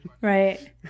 right